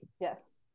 Yes